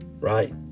Right